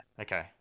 Okay